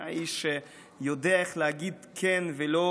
האיש יודע איך להגיד כן ולא,